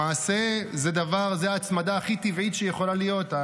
למעשה, זו ההצמדה הכי טבעית שיכולה להיות.